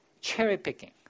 Cherry-picking